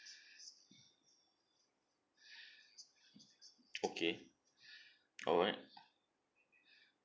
okay alright